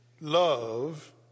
love